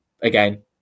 again